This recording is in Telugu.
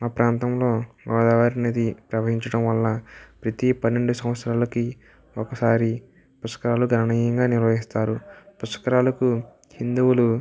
మా ప్రాంతంలో గోదావరి నది ప్రవహించడం వల్ల ప్రతీ పన్నెండు సంవత్సరాలకి ఒకసారి పుష్కరాలు ఘననీయంగా నిర్వహిస్తారు పుష్కరాలకు హిందువులు